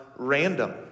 random